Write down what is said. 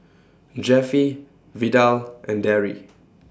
Jeffie Vidal and Darry